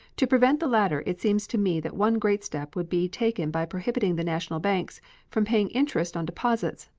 to prevent the latter it seems to me that one great step would be taken by prohibiting the national banks from paying interest on deposits,